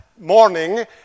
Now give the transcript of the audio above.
morning